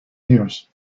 years